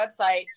website